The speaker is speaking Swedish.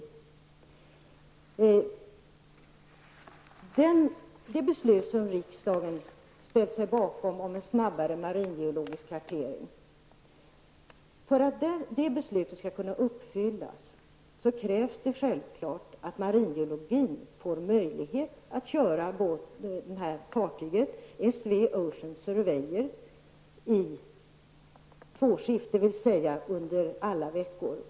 För att det beslut som riksdagen har ställt sig bakom och som handlar om en snabbare maringeologisk karetering skall kunna genomföras krävs det självfallet att maringeologin får möjlighet att köra fartyget S/V Ocean Surveyor i tvåskift, dvs. under alla veckor.